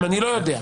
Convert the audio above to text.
אני לא יודע.